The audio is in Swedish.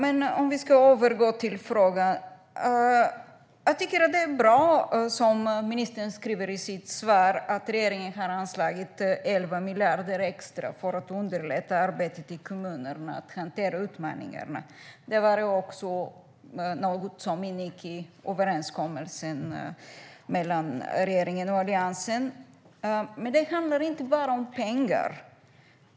För att återgå till frågan tycker jag att det är bra, det som ministern säger i sitt svar, att regeringen har anslagit 11 miljarder extra för att underlätta arbetet i kommunerna med att hantera utmaningarna. Det var också något som ingick i överenskommelsen mellan regeringen och Alliansen. Men det handlar inte bara om pengar.